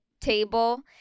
table